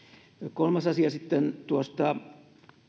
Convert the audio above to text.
kolmas asia sitten tuosta